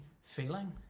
feeling